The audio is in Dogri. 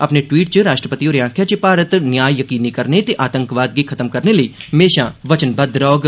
अपने ट्वीट च राष्ट्रपति होरें आक्खेआ ँ जे भारत न्याय यकीनी करने ते आतंकवाद गी खत्म करने लेई म्हेशा प्रतिबद्ध रहौग